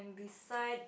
beside